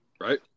Right